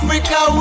Africa